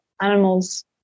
animals